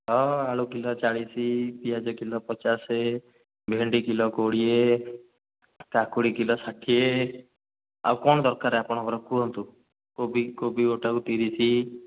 ହଁ ଆଳୁ କିଲୋ ଚାଳିଶ ପିଆଜ କିଲୋ ପଚାଶ ଭେଣ୍ଡି କିଲୋ କୋଡ଼ିଏ କାକୁଡ଼ି କିଲୋ ଷାଠିଏ ଆଉ କ'ଣ ଦରକାର ଆପଣଙ୍କର କୁହନ୍ତୁ କୋବି କୋବି ଗୋଟାକୁ ତିରିଶ